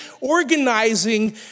organizing